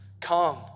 come